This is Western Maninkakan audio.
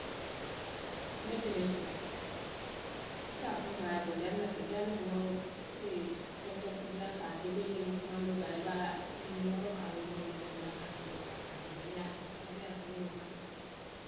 Niŋ yee telee soto issaa kuu no aye ko jaŋ le ko jaŋ lemuu feŋke dulaa kaa ibee ňiniŋ kumandoo taa ibaa ňiŋ nimeroo kaare ikewola kele yee dulaa kaari muta yee dulaa kaari muta niŋ yaa soto baree ntoolu woo maa soto folo.